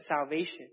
salvation